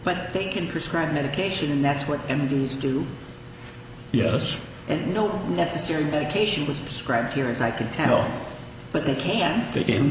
but they can prescribe medication and that's what m d s do yes and no necessary medication was described here as i can tell but they can begin